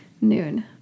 noon